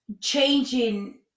changing